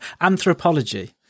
anthropology